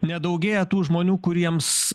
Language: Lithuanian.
ne daugėja tų žmonių kuriems